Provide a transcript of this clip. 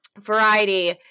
Variety